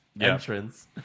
entrance